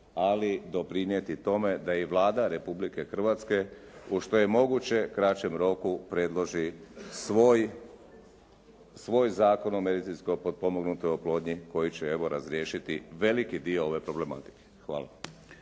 ali doprinijeti tome da i Vlada Republike Hrvatske u što je moguće kraćem roku predloži svoj Zakon o medicinsko potpomognutoj oplodnji koji će evo razriješiti veliki dio ove problematike. Hvala.